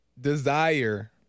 desire